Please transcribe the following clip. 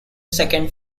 second